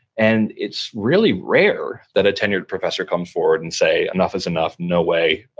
and it's really rare that a tenured professor comes forward and say, enough is enough, no way,